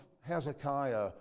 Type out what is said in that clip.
Hezekiah